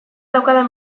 daukadan